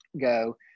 go